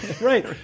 Right